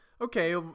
okay